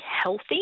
healthy